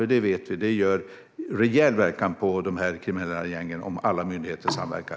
Vi vet att det gör en rejäl inverkan på de kriminella gängen om alla myndigheter samverkar.